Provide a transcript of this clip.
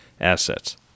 assets